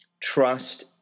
trust